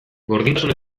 gordintasun